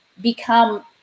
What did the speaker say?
become